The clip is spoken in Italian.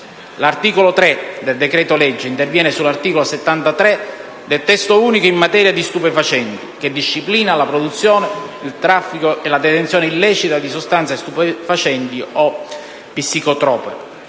L'articolo 3 del decreto legge interviene sull'articolo 73 del Testo unico in materia di stupefacenti, che disciplina la produzione, il traffico e la detenzione illecita di sostanze stupefacenti o psicotrope.